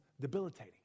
debilitating